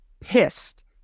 pissed